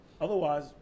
Otherwise